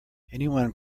anyone